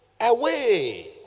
away